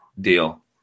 deal